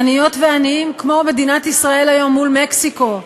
עניות ועניים כמו מדינת ישראל היום מול מקסיקו.